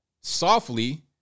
softly